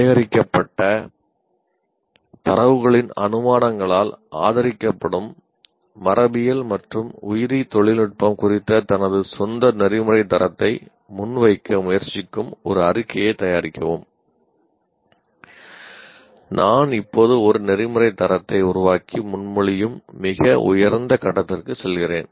சேகரிக்கப்பட்ட தரவுகளின் அனுமானங்களால் ஆதரிக்கப்படும் மரபியல் மற்றும் உயிரி தொழில்நுட்பம் குறித்த தனது சொந்த நெறிமுறை தரத்தை முன்வைக்க முயற்சிக்கும் ஒரு அறிக்கையைத் தயாரிக்கவும் நான் இப்போது ஒரு நெறிமுறை தரத்தை உருவாக்கி முன்மொழியும் மிக உயர்ந்த கட்டத்திற்கு செல்கிறேன்